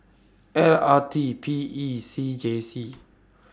L R T P E C J C